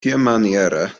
tiamaniere